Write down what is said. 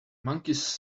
monkeys